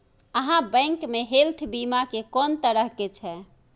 आहाँ बैंक मे हेल्थ बीमा के कोन तरह के छै?